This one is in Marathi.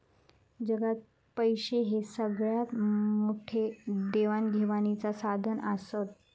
जगात पैशे हे सगळ्यात मोठे देवाण घेवाणीचा साधन आसत